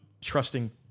trusting